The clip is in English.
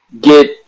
get